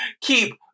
keep